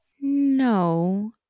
No